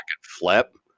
flip